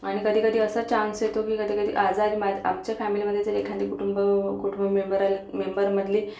आणि कधी कधी असा चान्स येतो की कधीकधी आजारी मा आमच्या फॅमिलीमध्ये जर एखादी कुटुंब कुठ मेंबर आहे मेंबरमधली